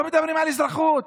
לא מדברים על אזרחות,